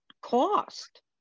cost